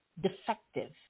defective